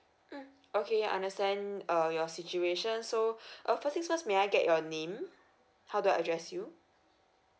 mm okay ya I understand uh your situation so uh first thing first may I get your name how do I address you